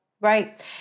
Right